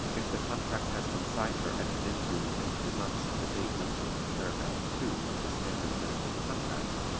if the contract has been signed or entered into within two months of the date mentioned in paragraph two of the standard minimum contract,